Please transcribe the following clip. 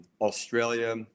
Australia